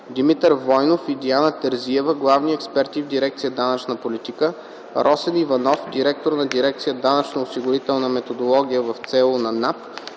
Димитър Войнов и Диана Терзиева – главни експерти в дирекция „Данъчна политика”, Росен Иванов – директор на дирекция „Данъчно-осигурителна методология” в ЦУ на НАП,